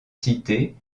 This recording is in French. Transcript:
cités